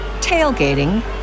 tailgating